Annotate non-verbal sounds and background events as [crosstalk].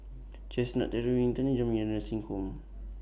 Chestnut [unintelligible] Jamiyah Nursing Home